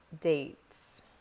Dates